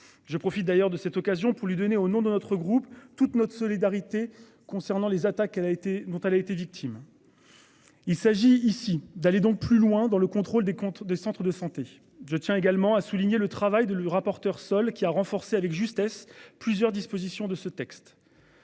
je profite d'ailleurs de cette occasion pour lui donner au nom de notre groupe toute notre solidarité concernant les attaques qu'elle a été dont elle a été victime. Il s'agit ici d'aller donc, plus loin dans le contrôle des comptes des centres de santé. Je tiens également à souligner le travail de le rapporteur qui a renforcé avec justesse plusieurs dispositions de ce texte.